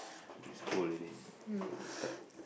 is already school holiday got to start